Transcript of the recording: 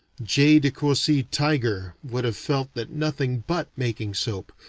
j. de courcy tiger would have felt that nothing but making soap,